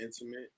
intimate